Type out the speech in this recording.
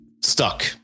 stuck